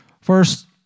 First